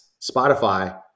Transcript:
Spotify